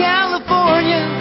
California